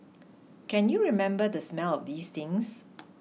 can you remember the smell of these things